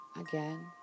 again